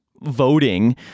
voting